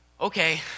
Okay